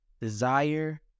desire